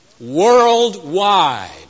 worldwide